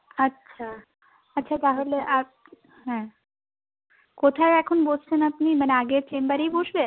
আচ্ছা আচ্ছা তাহলে আপ হ্যাঁ কোথায় এখন বসছেন আপনি মানে আগের চেম্বারেই বসবেন